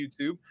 YouTube